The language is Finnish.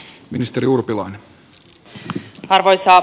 arvoisa puhemies